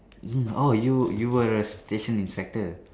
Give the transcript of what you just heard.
oh you you were a station inspector